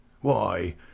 Why